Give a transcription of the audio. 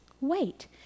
wait